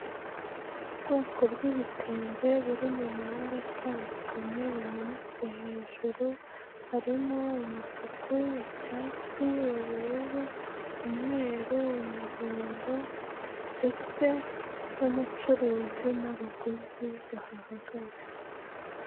Ubwoko bwi'ibitenge buri mu mabara atandukanye bumanitse hejuru, harimo umutuku, icyatsi, ubururu, umweru, umuhondo ndetse n'umucuruzi n'abaguzi bahagaze.